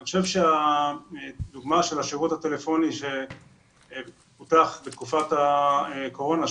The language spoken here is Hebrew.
אני חושב שהדוגמה של השירות הטלפוני שפותח בתקופת הקורונה,